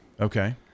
Okay